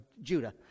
Judah